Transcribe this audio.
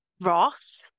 Ross